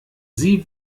sie